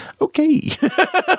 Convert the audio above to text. Okay